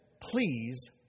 please